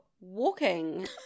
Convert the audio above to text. walking